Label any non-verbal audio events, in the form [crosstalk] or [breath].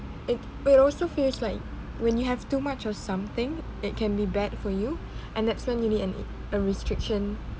it will also feels like when you have too much of something it can be bad for you [breath] and that's when you need an it a restriction